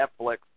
Netflix